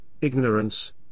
ignorance